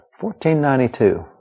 1492